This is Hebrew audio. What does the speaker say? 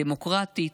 דמוקרטית,